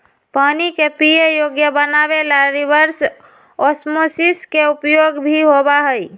पानी के पीये योग्य बनावे ला रिवर्स ओस्मोसिस के उपयोग भी होबा हई